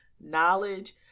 knowledge